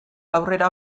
aurrera